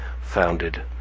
founded